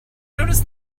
notice